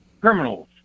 criminals